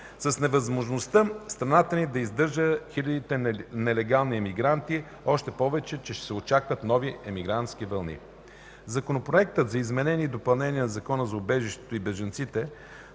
с невъзможността на страната ни да издържа хилядите нелегални имигранти, още повече че се очакват нови имигрантски вълни. Законопроектът за изменение и допълнение на Закона за убежището и бежанците,